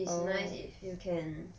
it's nice if you can